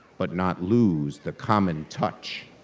but not lose the common touch.